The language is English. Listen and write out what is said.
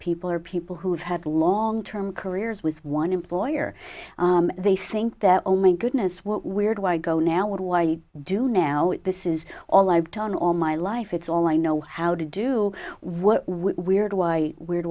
people are people who've had long term careers with one employer they think that oh my goodness what weird why go now with what i do now this is all i've done all my life it's all i know how to do what weird wh